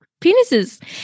penises